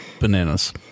bananas